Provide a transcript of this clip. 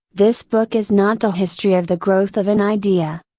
this book is not the history of the growth of an idea.